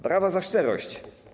Brawa za szczerość.